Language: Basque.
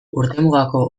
urtemugako